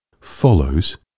follows